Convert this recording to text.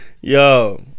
Yo